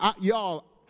y'all